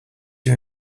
you